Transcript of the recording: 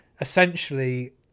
essentially